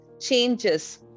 changes